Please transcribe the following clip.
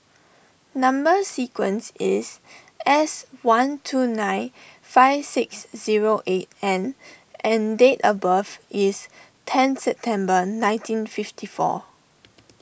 Number Sequence is S one two nine five six zero eight N and date of birth is ten September nineteen fifty four